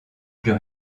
plus